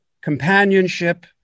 companionship